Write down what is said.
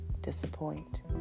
disappoint